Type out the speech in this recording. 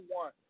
one